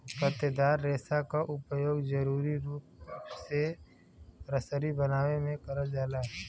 पत्तेदार रेसा क उपयोग जरुरी रूप से रसरी बनावे में करल जाला